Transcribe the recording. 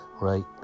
right